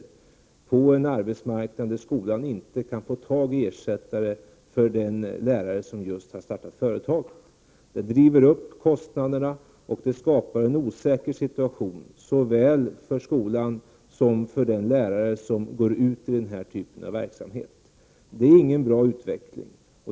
Detta skulle ske på en arbetsmarknad där skolan inte kan få tag i en ersättare för den lärare som just har startat företaget. Det driver upp kostnaderna, och det skapar en osäker situation såväl för skolan som för den lärare som startar den här typen av verksamhet. Detta är ingen bra utveckling.